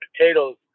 potatoes